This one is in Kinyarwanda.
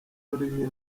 y’ururimi